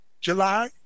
July